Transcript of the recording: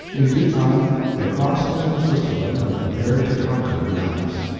in due time they crossed into switzerland and prepared to conquer the alps.